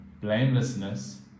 blamelessness